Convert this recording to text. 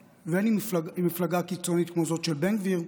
בין עם המפלגות החרדיות ובין עם מפלגה קיצונית כמו זאת של בן גביר,